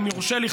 אם יורשה לי,